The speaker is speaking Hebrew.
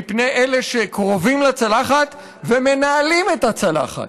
מפני אלה שקרובים לצלחת ומנהלים את הצלחת.